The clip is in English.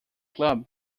club